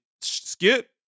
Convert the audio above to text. Skip